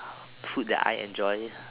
food that I enjoy